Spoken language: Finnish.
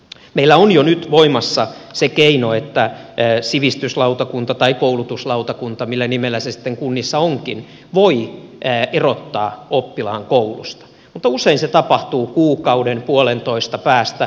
meillä on jo nyt voimassa se keino että sivistyslautakunta tai koulutuslautakunta millä nimellä se sitten kunnissa onkin voi erottaa oppilaan koulusta mutta usein se tapahtuu kuukauden puolentoista päästä